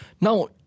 Now